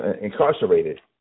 incarcerated